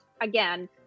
again